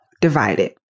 divided